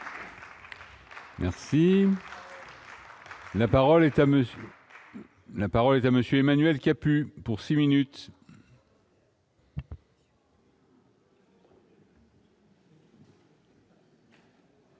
mesure. La parole est à monsieur Emmanuel Capus pour 6 minutes.